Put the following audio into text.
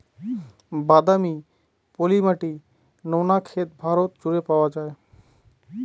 বাদামি, পলি মাটি, নোনা ক্ষেত ভারত জুড়ে পাওয়া যায়